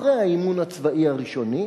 אחרי האימון הצבאי הראשוני,